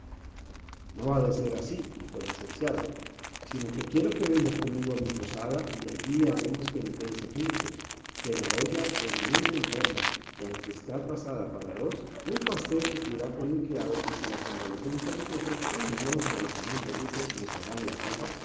no ha de ser así dijo el licenciado sino que quiero que venga conmigo a mi posada y allí haremos penitencia juntos que la olla es muy de enfermo y aunque está tasada para dos un pastel supl irá con mi criado y si la convalecencia lo sufre unas lonjas de jamón de rute nos harán la salva